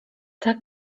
tak